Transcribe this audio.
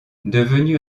devenu